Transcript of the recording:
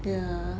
yeah